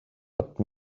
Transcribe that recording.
but